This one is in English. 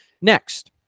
Next